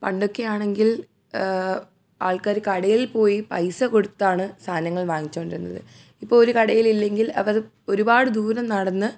പണ്ടൊക്കെ ആണെങ്കിൽ ആൾക്കാർ കടയിൽ പോയി പൈസ കൊടുത്താണ് സാധനങ്ങൾ വാങ്ങിച്ചുകൊണ്ടിരുന്നത് ഇപ്പോൾ ഒരു കടയിൽ ഇല്ലെങ്കിൽ അവർ ഒരുപാട് ദൂരം നടന്ന്